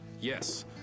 yes